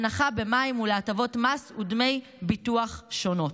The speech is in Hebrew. הנחה במים והטבות מס ודמי ביטוח שונות.